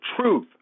truth